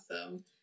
awesome